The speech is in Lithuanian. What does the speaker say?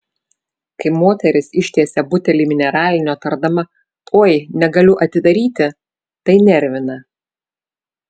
kai moteris ištiesia butelį mineralinio tardama oi negaliu atidaryti tai nervina